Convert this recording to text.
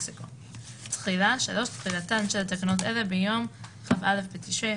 תחילה תחילתן של תקנות אלה ביום כ"א בתשרי